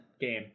game